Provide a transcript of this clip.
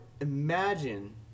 imagine